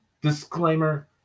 disclaimer